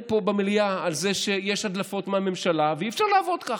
במליאה שיש הדלפות מהממשלה ואי-אפשר לעבוד ככה.